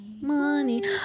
Money